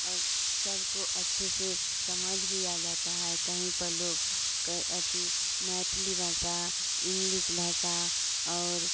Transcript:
और सबको अच्छे से समझ भी आ जाती है कहीं पर लोग क अति मैथली भाषा इंग्लिश भाषा और